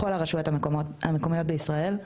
בכל הרשויות המקומיות בישראל,